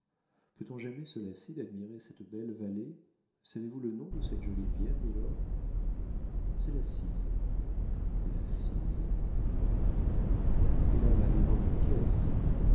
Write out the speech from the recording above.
peut-on jamais se lasser d'admirer cette belle vallée savez-vous le nom de cette jolie rivière milord c'est la cise la cise répéta-t-elle et là-bas devant nous